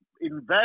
invest